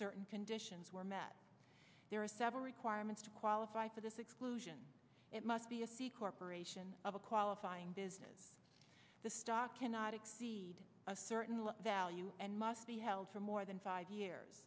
certain conditions were met there are several requirements to qualify for this exclusion it must be a corporation of a qualifying business the stock cannot exceed a certain value and must be held for more than five years